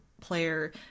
player